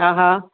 हा हा